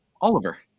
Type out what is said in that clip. Oliver